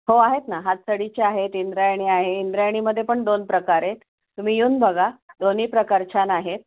हो आहेत ना हातसडीचे आहेत इंद्रायणी आहे इंद्रायणीमध्ये पण दोन प्रकार आहेत तुम्ही येऊन बघा दोन्ही प्रकार छान आहेत